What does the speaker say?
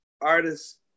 artists